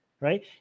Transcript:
right